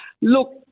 look